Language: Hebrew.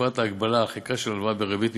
ובפרט הגבלת חלקה של ההלוואה בריבית משתנה,